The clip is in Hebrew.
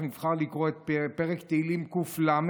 אנחנו נבחר לקרוא את פרק תהילים ק"ל: